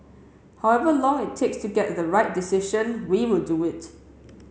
however long it takes to get to the right decision we will do it